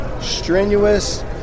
strenuous